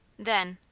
then,